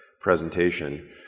presentation